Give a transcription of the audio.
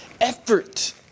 effort